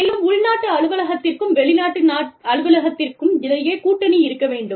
மேலும் உள்நாட்டு அலுவலகத்திற்கும் வெளிநாட்டு நாட்டு அலுவலகத்திற்கும் இடையே கூட்டணி இருக்க வேண்டும்